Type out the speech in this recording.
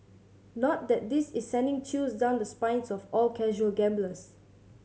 not that this is sending chills down the spines of all casual gamblers